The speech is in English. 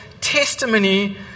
testimony